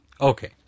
Okay